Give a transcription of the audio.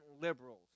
liberals